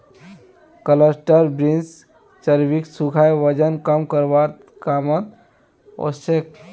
cluster beans चर्बीक सुखाए वजन कम करवार कामत ओसछेक